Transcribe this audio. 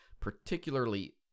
particularly